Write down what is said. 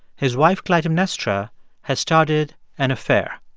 his wife clytemnestra has started an affair.